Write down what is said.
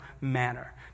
manner